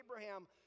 Abraham